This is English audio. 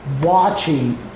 watching